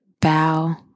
bow